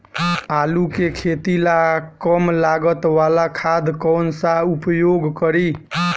आलू के खेती ला कम लागत वाला खाद कौन सा उपयोग करी?